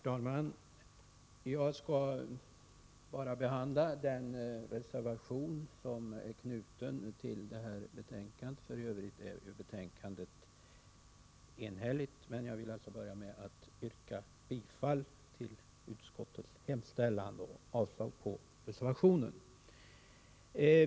Herr talman! Jag skall bara behandla den reservation som är knuten till betänkandet. I övrigt är betänkandet enhälligt. Men jag vill alltså börja med att yrka bifall till utskottets hemställan, vilket innebär avslag på reservationen.